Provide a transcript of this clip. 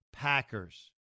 Packers